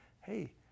hey